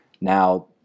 Now